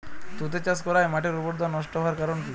তুতে চাষ করাই মাটির উর্বরতা নষ্ট হওয়ার কারণ কি?